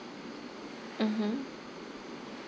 mmhmm